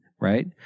right